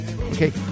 okay